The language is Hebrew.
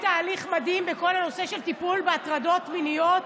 תהליך מדהים בכל הנושא של טיפול בהטרדות מיניות,